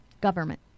Government